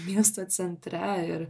miesto centre ir